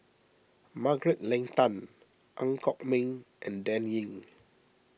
Margaret Leng Tan Ang Kok Peng and Dan Ying